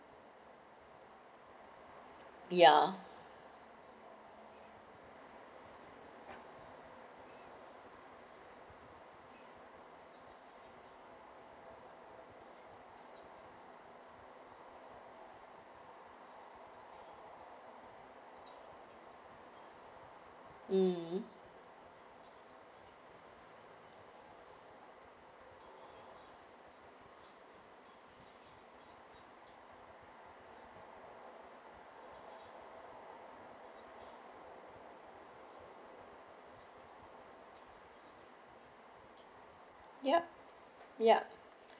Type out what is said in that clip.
ya mm yup ya